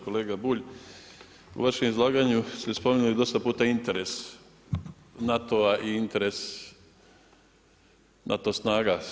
Kolega Bulj u vašem izlaganju se spominje dosta puta interes NATO-a i interes NATO snaga.